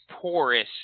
porous